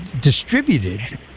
distributed